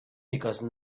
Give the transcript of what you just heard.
because